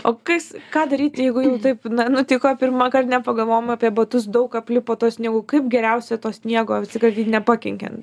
o kas ką daryt jeigu jau taip na nutiko pirmąkart nepagalvojom apie batus daug aplipo tuo sniegu kaip geriausia to sniego atsikratyt nepakenkiant